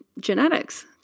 genetics